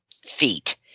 feet